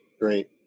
great